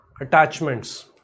attachments